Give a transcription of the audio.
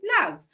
love